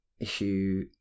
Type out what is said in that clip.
issue